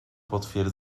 potwier